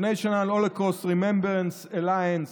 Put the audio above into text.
International Holocaust Remembrance Alliance,